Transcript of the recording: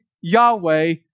Yahweh